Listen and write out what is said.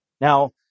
Now